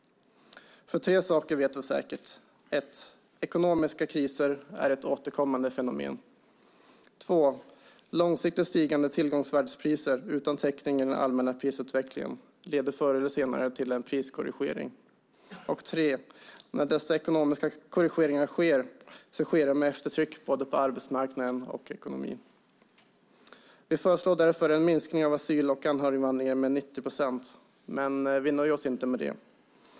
Tre saker vet vi nämligen säkert: 1. Ekonomiska kriser är ett återkommande fenomen. 2. Långsiktigt stigande tillgångsvärdespriser, utan täckning i den allmänna prisutvecklingen, leder förr eller senare till en priskorrigering. 3. När dessa ekonomiska korrigeringar sker, sker de med eftertryck både på arbetsmarknaden och i ekonomin. Vi föreslår därför en minskning av asyl och anhöriginvandringen med 90 procent. Men vi nöjer oss inte med det.